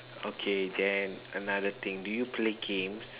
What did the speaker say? okay then another thing do you play games